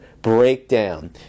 breakdown